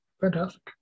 Fantastic